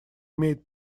имеет